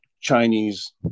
Chinese